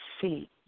see